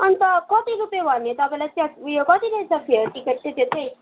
अन्त कति रुप्पे भन्यो तपाईँलाई त्यहाँ उयो कति रहेछ फेयर टिकट चाहिँ त्यो चाहिँ